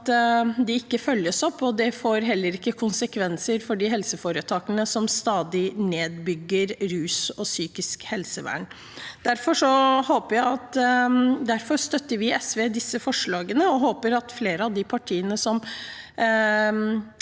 de ikke opp, og det får heller ikke konsekvenser for de helseforetakene som stadig bygger ned rusbehandling og psykisk helsevern. Derfor støtter vi i SV disse forslagene, og vi håper at flere av de partiene som